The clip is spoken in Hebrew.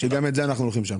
גם את זה אנחנו הולכים לשנות.